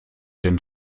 denn